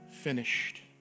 finished